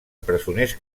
presoners